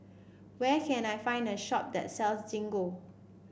where can I find a shop that sells Gingko